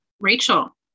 Rachel